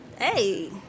Hey